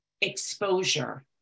exposure